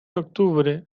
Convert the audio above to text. octubre